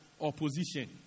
opposition